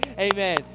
amen